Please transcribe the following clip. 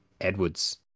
edwards